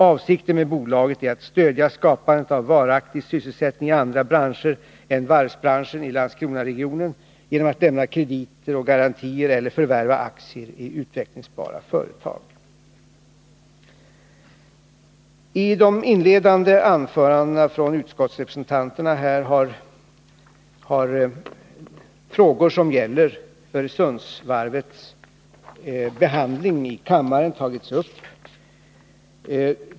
Avsikten med bolaget är att stödja skapandet av varaktig sysselsättning i andra branscher än varvsindustrin i Landskronaregionen genom lämnande av krediter och garantier eller förvärvande av aktier i utvecklingsbara företag. I de inledande anförandena från utskottsrepresentanterna har bl.a. frågor som gäller Öresundsvarvets behandling här i kammaren tagits upp.